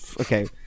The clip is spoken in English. okay